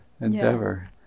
endeavor